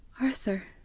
Arthur